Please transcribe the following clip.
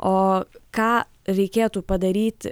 o ką reikėtų padaryti